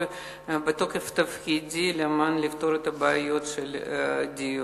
בתוקף תפקידי על מנת לפתור את הבעיות של הדיור.